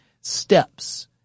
steps